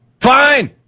Fine